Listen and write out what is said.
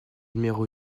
numéro